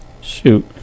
Shoot